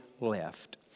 left